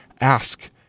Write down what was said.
ask